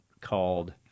called